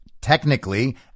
technically